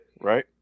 Right